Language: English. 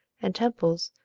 and temples,